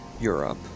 Europe